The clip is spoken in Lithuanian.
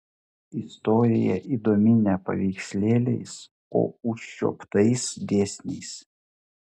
istorija įdomi ne paveikslėliais o užčiuoptais dėsniais